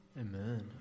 Amen